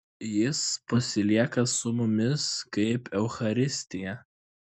jis pasilieka su mumis kaip eucharistija